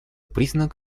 признак